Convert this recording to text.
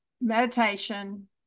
meditation